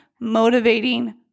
motivating